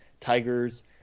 Tigers